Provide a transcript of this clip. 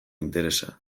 interesa